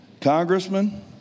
congressman